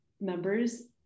members